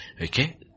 Okay